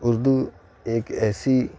اردو ایک ایسی